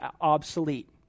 obsolete